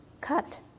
cut